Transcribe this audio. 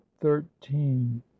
thirteen